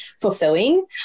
fulfilling